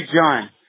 John